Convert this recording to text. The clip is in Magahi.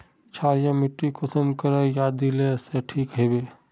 क्षारीय माटी कुंसम करे या दिले से ठीक हैबे?